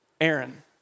Aaron